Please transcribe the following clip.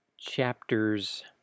chapters